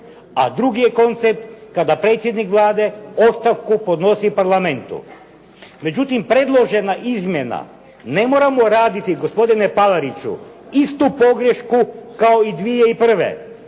a drugi je koncept kada predsjednik Vlade ostavku podnosi Parlamentu. Međutim, predložena izmjena, ne moramo raditi gospodine Palariću istu pogrešku kao 2001. i